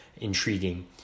intriguing